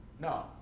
No